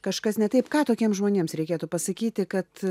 kažkas ne taip ką tokiems žmonėms reikėtų pasakyti kad